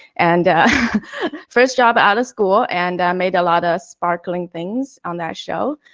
and first job out of school and made a lot of sparkling things on that show,